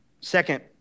Second